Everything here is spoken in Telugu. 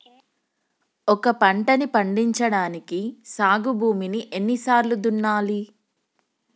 ఒక పంటని పండించడానికి సాగు భూమిని ఎన్ని సార్లు దున్నాలి?